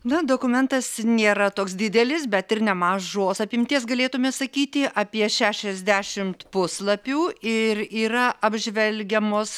na dokumentas nėra toks didelis bet ir nemažos apimties galėtume sakyti apie šešiasdešimt puslapių ir yra apžvelgiamos